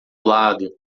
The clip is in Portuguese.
lado